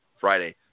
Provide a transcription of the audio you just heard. Friday